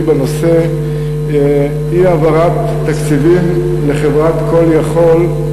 בנושא אי-העברת תקציבים לחברת "call יכול",